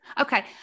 Okay